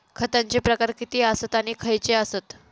खतांचे प्रकार किती आसत आणि खैचे आसत?